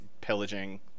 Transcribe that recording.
pillaging